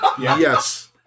yes